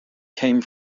came